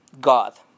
God